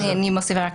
אז אני מוסיפה רק